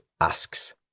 asks